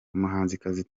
umuhanzikazi